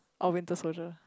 oh Winter-Soldier